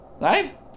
Right